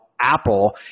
Apple